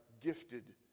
gifted